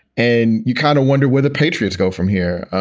and you kind of wonder where the patriots go from here.